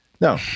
No